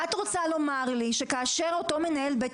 את רוצה לומר לי שכאשר אותו מנהל בית